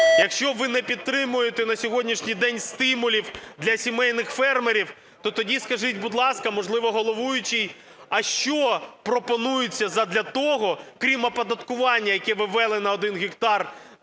Якщо ви не підтримуєте на сьогоднішній день стимулів для сімейних фермерів, то тоді скажіть, будь ласка, можливо, головуючий. А що пропонується задля того, крім оподаткування, яке ви ввели на 1 гектар